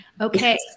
okay